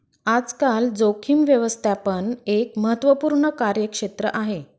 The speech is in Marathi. आजकाल जोखीम व्यवस्थापन एक महत्त्वपूर्ण कार्यक्षेत्र आहे